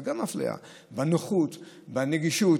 גם זו אפליה, בנוחות, בנגישות.